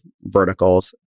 verticals